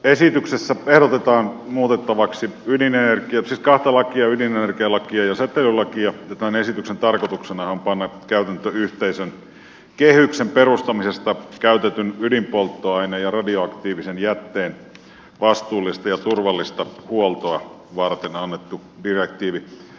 esityksessä ehdotetaan muutettavaksi kahta lakia ydinenergialakia ja säteilylakia ja tämän esityksen tarkoituksenahan on panna täytäntöön yhteisön kehyksen perustamisesta käytetyn ydinpolttoaineen ja radioaktiivisen jätteen vastuullista ja turvallista huoltoa varten annettu direktiivi